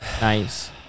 nice